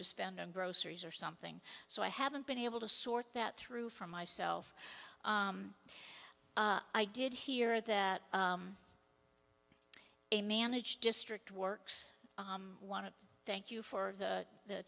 to spend on groceries or something so i haven't been able to sort that through for myself i did hear that a managed district works i want to thank you for the